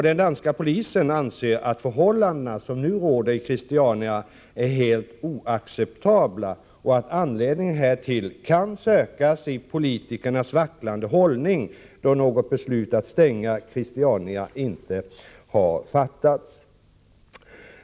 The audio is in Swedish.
Den danska polisen anser att de förhållanden som nu råder i Christiania är helt oacceptabla och att anledningen härtill kan sökas i politikernas vacklande hållning, då något beslut att stänga Christiania inte har fattats.